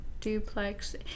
duplex